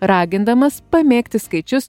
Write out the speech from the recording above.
ragindamas pamėgti skaičius